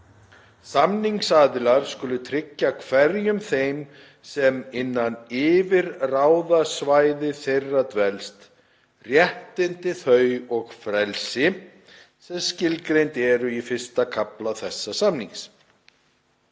„Samningsaðilar skulu tryggja hverjum þeim, sem innan yfirráðasvæðis þeirra dvelst, réttindi þau og frelsi sem skilgreind eru í I. kafla þessa samnings.“